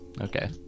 Okay